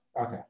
okay